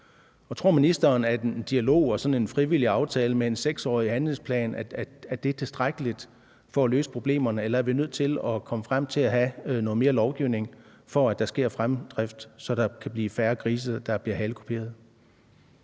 Tror ministeren, at en dialog og sådan en frivillig aftale med en 6-årig handlingsplan er tilstrækkeligt for at løse problemerne? Eller er vi nødt til at komme frem til at have noget mere lovgivning, for at der sker fremdrift, så der kan blive færre grise, der bliver halekuperet?